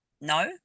no